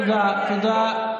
תודה, תודה.